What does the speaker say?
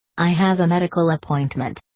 i have a medical appointment.